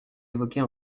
évoquée